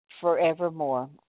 forevermore